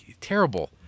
terrible